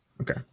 Okay